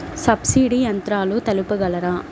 Subsidy యంత్రాలు తెలుపగలరు?